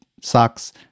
sucks